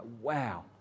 wow